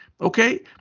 Okay